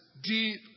deep